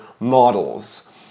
models